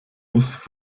muss